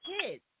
kids